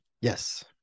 Yes